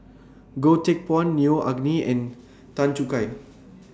Goh Teck Phuan Neo Anngee and Tan Choo Kai